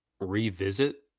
revisit